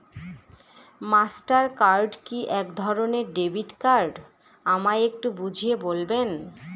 Master card কি একধরণের debit card আমায় একটু বুঝিয়ে বলবেন?